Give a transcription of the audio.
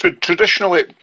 Traditionally